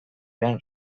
behar